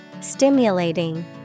stimulating